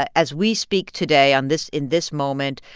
as we speak today on this in this moment,